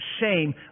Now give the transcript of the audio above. shame